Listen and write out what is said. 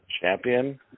champion